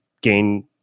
gain